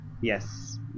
yes